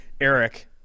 Eric